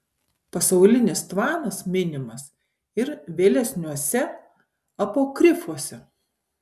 pasaulinis tvanas minimas ir vėlesniuose apokrifuose